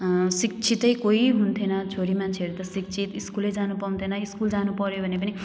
शिक्षितै कोही हुन्थेन छोरी मान्छेहरू त शिक्षित स्कुलै जानु पाउँथेन स्कुल जानुपर्यो भने पनि